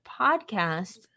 podcast